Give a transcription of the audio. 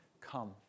come